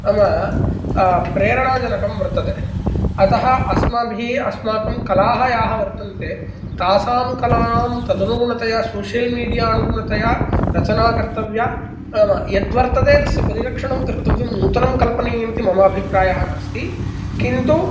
नाम प्रेरणाजनकं वर्तते अतः अस्माभिः अस्माकं कलाः याः वर्तन्ते तासां कलानां तदनुगणतया सोशियल् मीडिया अनुगुणतया रचना कर्तव्या नाम यद्वर्तते तस्य परिरक्षणं कर्तव्यं नूतनं कल्पनीयम् इति मम अभिप्रायः नास्ति किन्तु